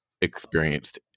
experienced